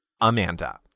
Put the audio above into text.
Amanda